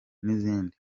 n’izindi